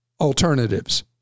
alternatives